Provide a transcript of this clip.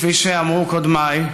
כפי שאמרו קודמיי,